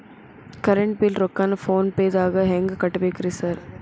Current bill ರೊಕ್ಕಾನ phone ಪೇದಾಗ ಹೆಂಗ್ ಕಟ್ಟಬೇಕ್ರಿ ಸರ್?